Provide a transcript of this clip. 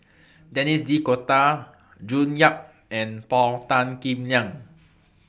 Denis D'Cotta June Yap and Paul Tan Kim Liang